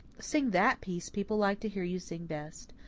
sing that piece people like to hear you sing best.